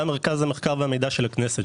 גם מרכז המחקר והמידע של הכנסת,